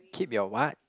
keep your what